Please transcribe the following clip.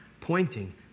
pointing